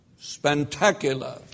spectacular